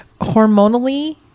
Hormonally